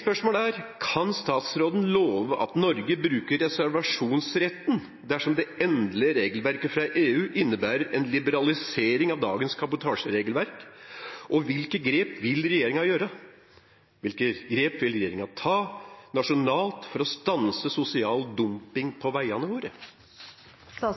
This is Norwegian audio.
spørsmål er: Kan statsråden love at Norge bruker reservasjonsretten dersom det endelige regelverket fra EU innebærer en liberalisering av dagens kabotasjeregelverk? Hvilke grep vil regjeringen ta nasjonalt for å stanse sosial dumping på veiene våre? Jeg